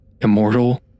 Immortal